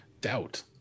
Doubt